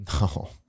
No